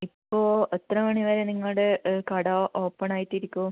ഇപ്പോൾ എത്ര മണി വരെ നിങ്ങളുടെ കട ഓപ്പണായിട്ട് ഇരിക്കും